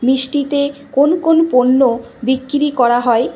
মিষ্টিতে কোন কোন পণ্য বিক্রি করা হয়